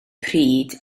pryd